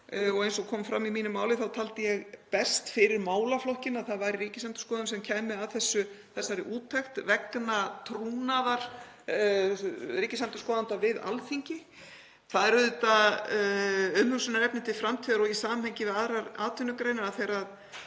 Eins og kom fram í mínu máli þá taldi ég best fyrir málaflokkinn að það væri Ríkisendurskoðun sem kæmi að þessari úttekt vegna trúnaðar ríkisendurskoðanda við Alþingi. Það er auðvitað umhugsunarefni til framtíðar og í samhengi við aðrar atvinnugreinar, að þegar